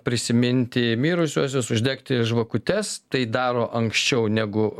prisiminti mirusiuosius uždegti žvakutes tai daro anksčiau